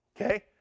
Okay